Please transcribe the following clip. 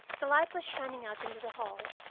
the light was shining out into the hall,